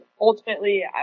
ultimately